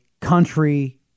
country